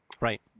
Right